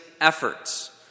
efforts